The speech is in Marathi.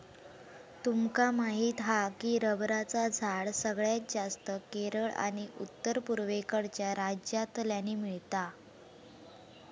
तुमका माहीत हा की रबरचा झाड सगळ्यात जास्तं केरळ आणि उत्तर पुर्वेकडच्या राज्यांतल्यानी मिळता